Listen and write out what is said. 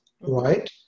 right